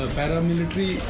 paramilitary